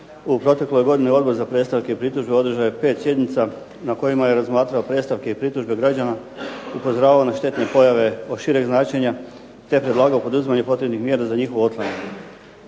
U protekloj godini Odbor za predstavke i pritužbe održao je pet sjednica na kojima je razmatrao predstavke i pritužbe građana, upozoravao na štetne pojave od šireg značenja te predlagao poduzimanje potrebnih mjera za njihovu …/Ne